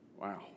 Wow